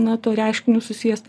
na to reiškiniu susijęs